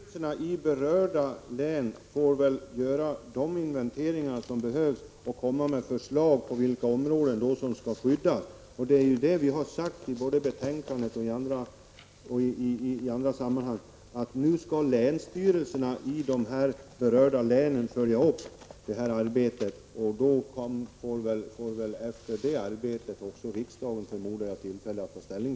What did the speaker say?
Fru talman! Till Lars Ernestam vill jag som avslutning bara säga att länsstyrelserna i berörda län väl får göra de inventeringar som behövs och komma med förslag om vilka områden som skall skyddas. Vi har också sagt både i betänkandet och i andra sammanhang att länsstyrelserna i berörda län skall följa upp arbetet. Därefter får väl också riksdagen tillfälle att ta ställning.